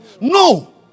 No